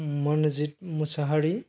Manjit Mushahary